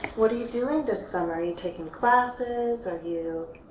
what are you doing this summer? are you taking classes? are you